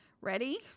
ready